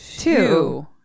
Two